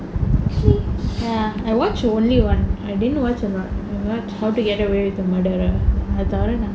actually ya I watch only one I didn't watch a lot ya I watched how to get away with murder